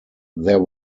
there